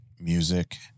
music